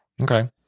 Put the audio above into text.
Okay